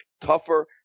tougher